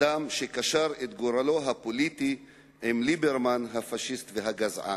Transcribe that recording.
אדם שקשר את גורלו הפוליטי עם ליברמן הפאשיסט והגזען.